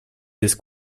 this